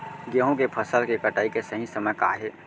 गेहूँ के फसल के कटाई के सही समय का हे?